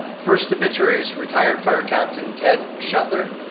first obituaries, retired fire captain, ted shuttler,